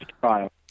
trial